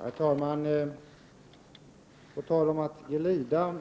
Herr talman! Erling Bager talade om att glida.